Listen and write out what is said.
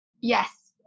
Yes